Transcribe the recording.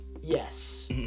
Yes